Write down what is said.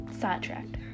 sidetracked